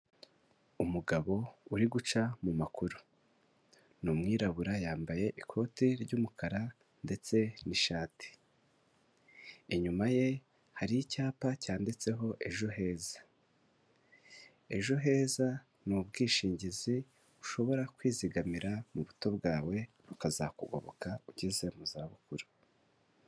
Umugabo uri guca mu makuru, ni umwirabura yambaye ikote ry'umukara ndetse n'ishati, inyuma ye hari icyapa cyanditseho ejo heza. Ejo heza ni ubwishingizi ushobora kwizigamira mu buto bwawe bukazakugoboka ugeze mu za bukuru.